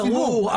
ברור.